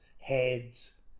heads